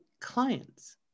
clients